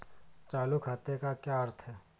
चालू खाते का क्या अर्थ है?